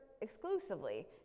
exclusively